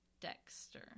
Dexter